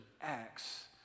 acts